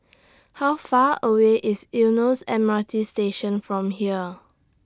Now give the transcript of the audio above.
How Far away IS Eunos M R T Station from here